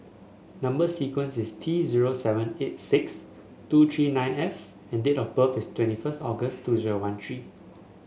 number sequence is T zero seven eight six two three nine F and date of birth is twenty first August two zero one three